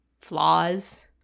flaws